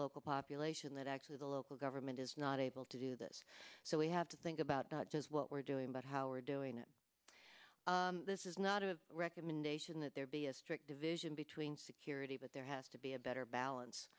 local population that actually the local government is not able to do this so we have to think about just what we're doing but how are doing it this is not a recommendation that there be a strict division between security but there has to be a better balance